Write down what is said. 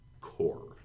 core